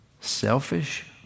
selfish